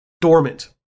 dormant